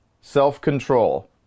self-control